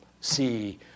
see